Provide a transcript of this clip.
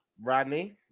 Rodney